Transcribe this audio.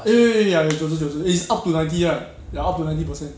eh ya 九十九十 it's up to ninety right ya up to ninety percent